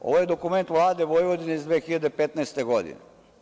Ovo je dokument Vlade Vojvodine iz 2015. godine.